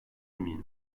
eminim